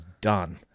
done